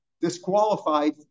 disqualified